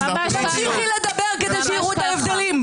תמשיכי לדבר כדי שיראו את ההבדלים.